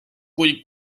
kui